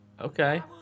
Okay